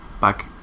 back